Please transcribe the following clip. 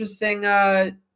interesting